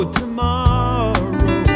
tomorrow